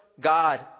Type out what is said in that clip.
God